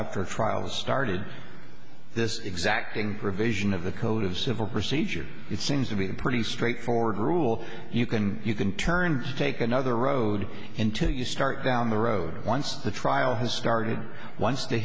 the trial started this exacting provision of the code of civil procedure it seems to be a pretty straightforward rule you can you can turn take another road until you start down the road once the trial has started once the